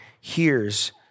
hears